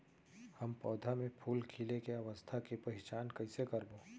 हम पौधा मे फूल खिले के अवस्था के पहिचान कईसे करबो